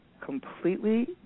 completely